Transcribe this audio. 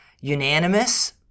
unanimous